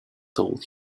told